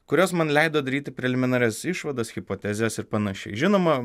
kurios man leido daryti preliminarias išvadas hipotezes ir panašiai žinoma